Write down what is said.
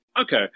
Okay